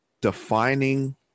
Defining